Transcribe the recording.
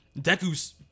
Deku's